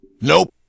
Nope